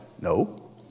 no